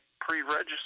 pre-registered